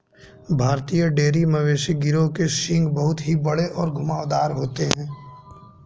भारतीय डेयरी मवेशी गिरोह के सींग बहुत ही बड़े और घुमावदार होते हैं